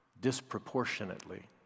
disproportionately